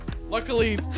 Luckily